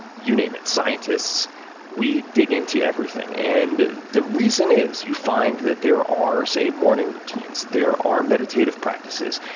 you name it, scientists we dig into everything. and the reason is you find that there are, say, morning routines. there are meditative practices.